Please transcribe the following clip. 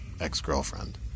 ex-girlfriend